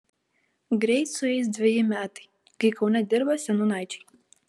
greit sueis dveji metai kai kaune dirba seniūnaičiai